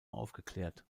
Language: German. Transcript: aufgeklärt